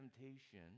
temptation